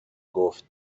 گفت